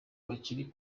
bakiri